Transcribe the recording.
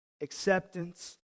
acceptance